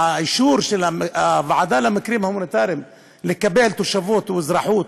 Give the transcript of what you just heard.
מספר האישורים של הוועדה למקרים הומניטריים לקבל תושבות או אזרחות